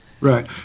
Right